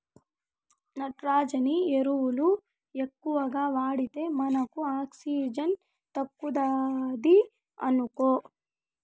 నత్రజని ఎరువులు ఎక్కువగా వాడితే మనకు ఆక్సిజన్ తగ్గుతాది ఇనుకో